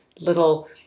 little